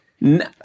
no